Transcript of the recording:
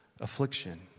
affliction